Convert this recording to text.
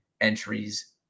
entries